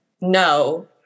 no